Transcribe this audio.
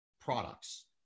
products